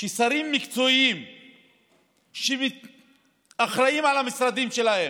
ששרים מקצועיים שאחראים למשרדים שלהם,